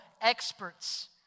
experts